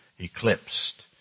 eclipsed